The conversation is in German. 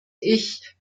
ich